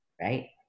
right